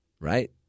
right